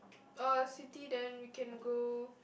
a city then we can go